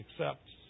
accepts